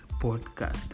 podcast